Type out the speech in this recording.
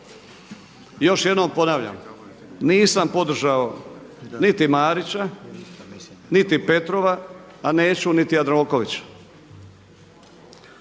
još jednom ponavljam, nisam podržao niti Marića, niti Petrova a neću niti Jandrokovića.